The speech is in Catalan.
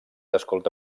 escolta